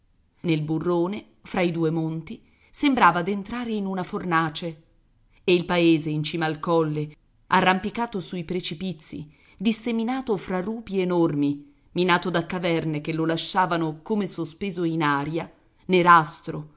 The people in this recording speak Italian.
nel burrone fra i due monti sembrava d'entrare in una fornace e il paese in cima al colle arrampicato sui precipizi disseminato fra rupi enormi minato da caverne che lo lasciavano come sospeso in aria nerastro